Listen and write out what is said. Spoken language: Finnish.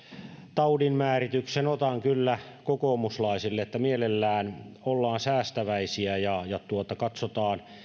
taudinmäärityksen otan kyllä kokoomuslaisille mielellään ollaan säästäväisiä ja ja katsotaan